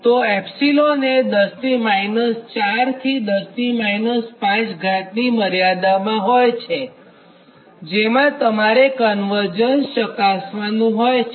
તો એપ્સિલોન એ 10 4 થી 10 5 ની મર્યાદામાં હોય છેજેમાં તમારે કન્વર્જન્સ ચકાસવાનું હોય છે